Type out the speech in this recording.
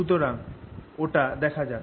সুওরাং ওটা দেখা যাক